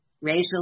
racial